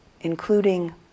including